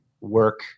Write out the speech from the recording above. work